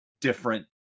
different